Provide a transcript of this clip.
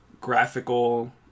graphical